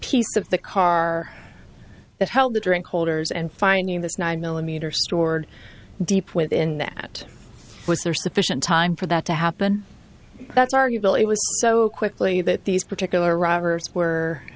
of the car that held the drink holders and finding this nine millimeter stored deep within that was there sufficient time for that to happen that's arguable it was so quickly that these particular robbers were